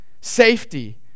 safety